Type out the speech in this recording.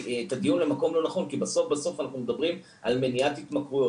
כי בסוף בסוף אנחנו מדברים על מניעת התמכרויות,